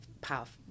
powerful